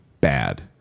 bad